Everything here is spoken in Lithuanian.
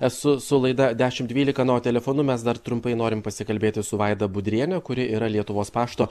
esu su laida dešimt dvylika na o telefonu mes dar trumpai norime pasikalbėti su vaida budrienė kuri yra lietuvos pašto